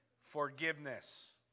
forgiveness